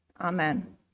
Amen